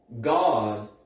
God